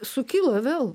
sukilo vėl